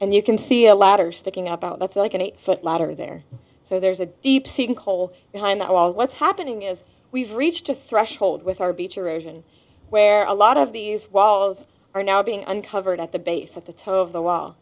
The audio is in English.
and you can see a ladder sticking up out that's like an eight foot ladder there so there's a deep seeded coal behind that well what's happening is we've reached a threshold with our beach erosion where a lot of these walls are now being uncovered at the base at the top of the wall